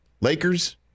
Lakers